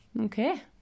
Okay